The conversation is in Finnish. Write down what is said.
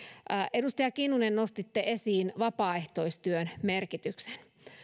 edustaja kinnunen nostitte esiin vapaaehtoistyön merkityksen